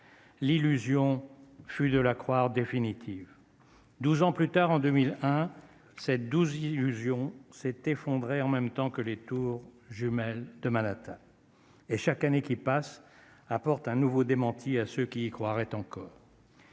l'illusion fut de la croire définitive, 12 ans plus tard, en 2001 7 12 illusions s'est effondré en même temps que les tours jumelles de Manhattan. Et chaque année qui passe apporte un nouveau démenti à ceux qui croiraient encore.